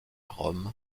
rome